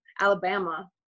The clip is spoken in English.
Alabama